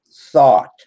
thought